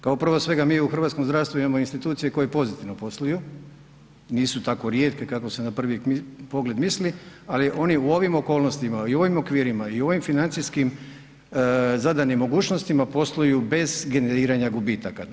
Kao prvo svega mi u hrvatskom zdravstvu imamo institucije koje pozitivno posluju, nisu tako rijetke kako se na prvi pogled misli, ali oni u ovim okolnostima i u ovim okvirima i u financijskim zadanim mogućnostima posluju bez generiranja gubitaka.